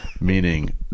meaning